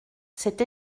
c’est